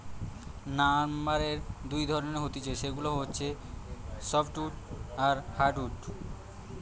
লাম্বারের দুই ধরণের হতিছে সেগুলা হচ্ছে সফ্টউড আর হার্ডউড